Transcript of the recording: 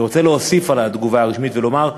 אני רוצה להוסיף על התגובה הרשמית ולומר,